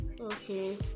Okay